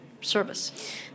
service